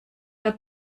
der